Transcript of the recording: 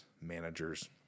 managers